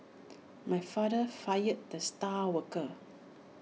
my father fired the star worker